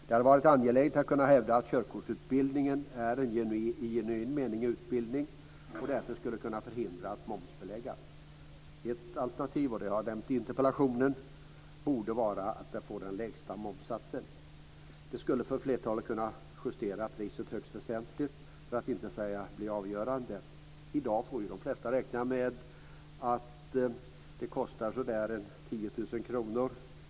Det hade varit angeläget om man hade kunnat hävda att körkortsutbildningen i genuin mening är en utbildning som därför skulle förhindras från att momsbeläggas. Ett alternativ - och det har jag nämnt i interpellationen - borde vara att den får den lägsta momssatsen. För flertalet skulle det kunna justera priset högst väsentligt, för att inte säga avgörande. I dag får ju de flesta räkna med att det kostar ca 10 000 kr.